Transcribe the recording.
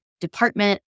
department